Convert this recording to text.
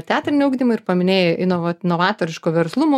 teatrinį ugdymą ir paminėjai inova novatoriško verslumo